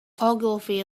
ogilvy